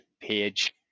page